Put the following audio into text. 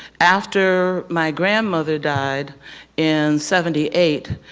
after my grandmother died in seventy eight,